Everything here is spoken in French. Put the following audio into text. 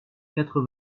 quatre